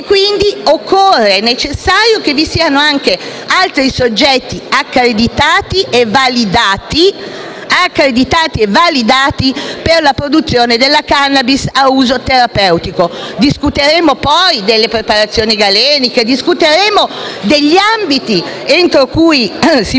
vi siano anche altri soggetti accreditati e validati per la produzione della *cannabis* ad uso terapeutico. Discuteremo poi delle preparazioni galeniche, degli ambiti entro cui si può sviluppare questa procedura,